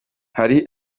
hari